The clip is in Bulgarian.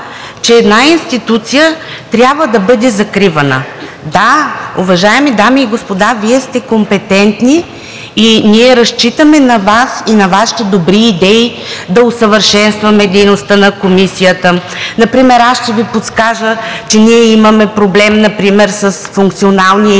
че една институция трябва да бъде закривана. Да, уважаеми дами и господа, Вие сте компетентни и ние разчитаме на Вас и на Вашите добри идеи да усъвършенстваме дейността на Комисията. Например ще Ви подскажа, че ние имаме проблем например с функционалния имунитет.